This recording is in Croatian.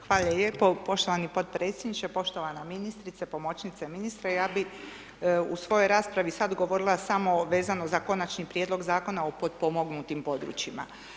Hvala lijepo poštovani podpredsjedniče, poštovana ministrice, pomoćnice ministra, ja bi u svojoj raspravi sad govorila samo vezano za Konačni prijedlog Zakona o potpomognutnim područjima.